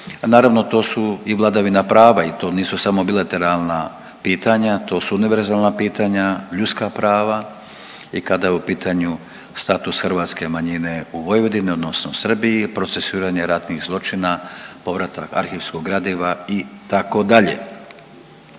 Naravno to su i vladavina prava i to nisu samo bilateralna pitanja, to su univerzalna pitanja, ljudska prava i kada je u pitanju status hrvatske manjine u Vojvodini odnosno u Srbiji, procesuiranje ratnih zločina, povratak arhivskog gradiva itd.